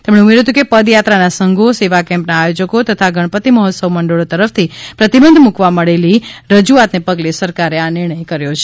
તેમણે ઉમેર્યું હતું કે પદયાત્રાના સંઘો સેવા કેમ્પના આયોજકો તથા ગણપતિ મહોત્સવ મંડળો તરફથી પ્રતિબંધ મૂકવા મળેલી રજૂઆતને પગલે સરકારે આ નિર્ણય કર્યો છે